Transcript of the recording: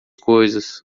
coisas